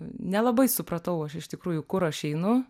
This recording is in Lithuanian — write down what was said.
nelabai supratau aš iš tikrųjų kur aš einu